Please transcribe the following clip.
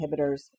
inhibitors